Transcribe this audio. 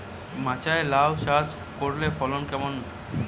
মাচায় লাউ চাষ করলে ফলন কেমন?